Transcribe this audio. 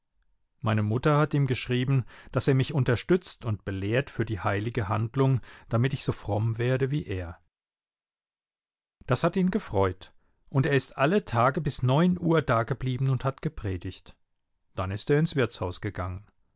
meine mutter hat ihm geschrieben daß er mich unterstützt und belehrt für die heilige handlung damit ich so fromm werde wie er das hat ihn gefreut und er ist alle tage bis neun uhr dageblieben und hat gepredigt dann ist er ins wirtshaus gegangen